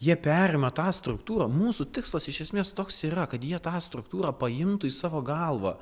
jie perima tą struktūrą mūsų tikslas iš esmės toks yra kad jie tą struktūrą paimtų į savo galvą